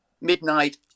midnight